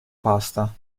pasta